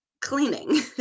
cleaning